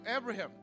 Abraham